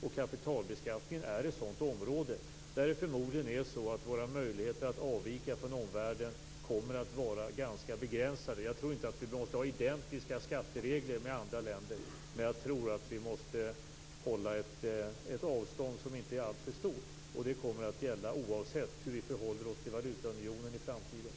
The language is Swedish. Och kapitalbeskattningen är ett sådant område där våra möjligheter att avvika från omvärlden förmodligen kommer att vara ganska begränsade. Jag tror inte att vi måste ha identiska skatteregler med andra länder, men jag tror att vi måste hålla ett avstånd som inte är alltför stort. Det kommer att gälla oavsett hur vi förhåller oss till valutaunionen i framtiden.